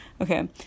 Okay